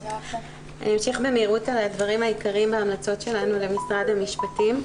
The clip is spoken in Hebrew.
אמשיך במהירות על הדברים העיקריים בהמלצות שלנו למשרד המשפטים.